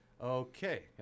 Okay